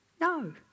No